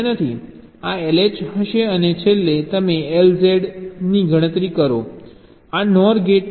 આ LH હશે અને છેલ્લે તમે LZ LZ ની ગણતરી કરો આ NOR ગેટ 1 0 છે